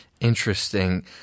Interesting